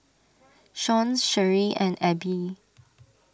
Shawn Sherree and Abby